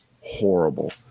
horrible